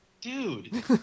dude